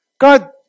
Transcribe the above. God